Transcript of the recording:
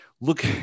look